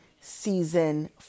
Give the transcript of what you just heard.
season